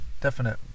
definite